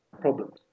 problems